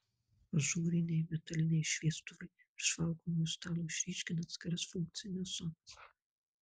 ažūriniai metaliniai šviestuvai virš valgomojo stalo išryškina atskiras funkcines zonas